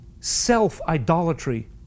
self-idolatry